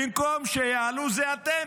במקום שיעלו, זה אתם,